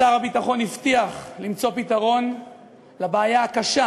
שר הביטחון הבטיח למצוא פתרון לבעיה הקשה,